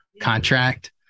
contract